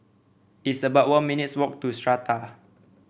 it's about one minutes' walk to Strata